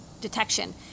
detection